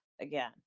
again